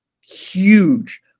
huge